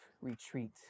retreat